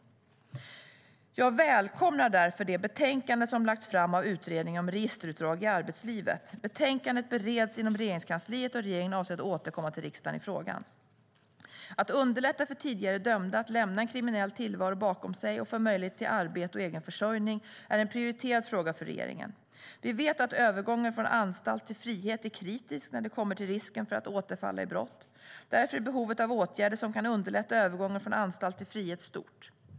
Jag välkomnar därför det betänkande som lagts fram av Utredningen om registerutdrag i arbetslivet. Betänkandet bereds inom Regeringskansliet, och regeringen avser att återkomma till riksdagen i frågan. Att underlätta för tidigare dömda att lämna en kriminell tillvaro bakom sig och få möjlighet till arbete och egen försörjning är en prioriterad fråga för regeringen. Vi vet att övergången från anstalt till frihet är kritisk när det kommer till risken för att återfalla i brott. Därför är behovet av åtgärder som kan underlätta övergången från anstalt till frihet stort.